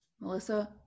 Melissa